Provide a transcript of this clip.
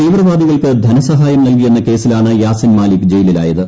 തീവ്രവാദികൾക്ക് ധനസഹായം നൽകിയെന്ന കേസിലാണ് യാസിൻ മാലിക് ജയിലിലായത്